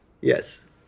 Yes